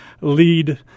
lead